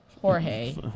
Jorge